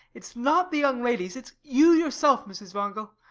it's not the young ladies. it's you yourself, mrs. wangel.